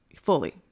fully